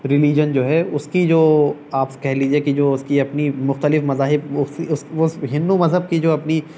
religion جو ہے اس کی جو آپ کہہ لیجیے کہ جو اس کی اپنی مختلف مذاہب ہندو مذہب کی جو اپنی